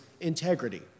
integrity